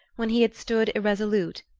when he had stood irresolute,